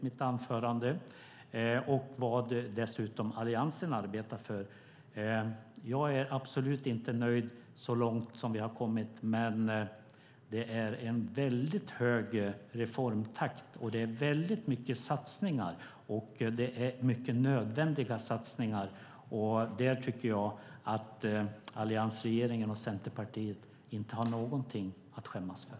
Dessutom räknade jag upp vad Alliansen arbetar för. Jag är absolut inte nöjd med hur långt vi har kommit, men det är en mycket hög reformtakt. Det görs väldigt många satsningar, och det är nödvändiga satsningar. Jag tycker att alliansregeringen och Centerpartiet inte har någonting att skämmas för.